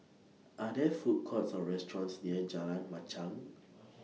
Are There Food Courts Or restaurants near Jalan Machang